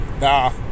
Nah